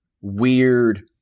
weird